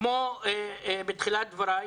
כמו בתחילת דבריי,